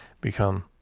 become